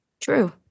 True